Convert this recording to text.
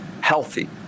healthy